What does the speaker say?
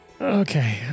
Okay